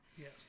Yes